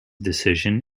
decision